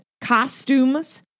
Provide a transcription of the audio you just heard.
costumes